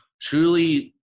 truly